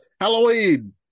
Halloween